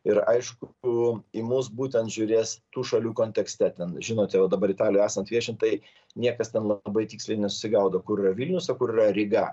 ir aišku į mus būtent žiūrės tų šalių kontekste ten žinote va dabar italijoj esant viešint tai niekas ten labai tiksliai nesusigaudo kur yra vilnius o kur yra ryga